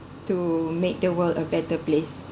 to make the world a better place